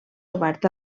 obert